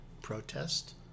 protest